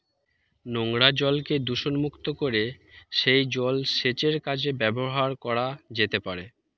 নোংরা জলকে দূষণমুক্ত করে সেই জল সেচের কাজে ব্যবহার করা যেতে পারে